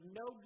no